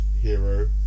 hero